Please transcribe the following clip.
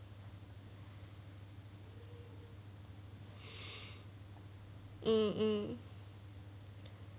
um um